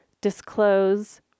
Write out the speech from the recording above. disclose